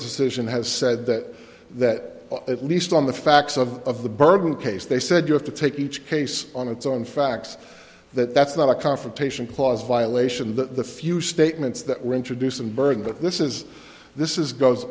decision has said that that at least on the facts of the burden case they said you have to take each case on its own facts that that's not a confrontation clause violation that the few statements that were introduced and burden but this is this is goes